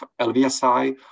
LVSI